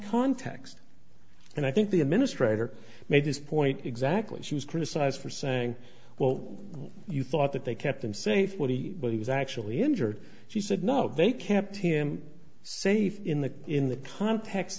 context and i think the administrators made this point exactly she was criticized for saying well you thought that they kept him safe what he was actually injured she said no they kept him safe in the in the context